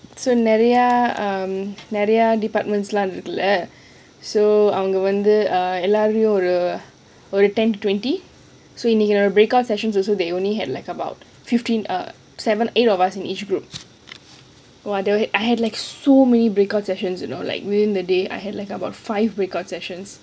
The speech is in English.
so நெறய நெறைய:neraya neraya um departments இருக்கு:irukku lah so அவங்க வந்து எல்லாரும் ஒரு::wanga wanthu ellaarum oru ten to twenty twenty so in our breakout sessions also they only had like about fifteen or seven eight of us in each group !wah! that [one] I had like so many breakout sessions you know like within the day I had like about five break out sessions